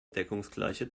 deckungsgleiche